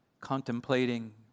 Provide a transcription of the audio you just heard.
Contemplating